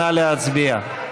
נא להצביע.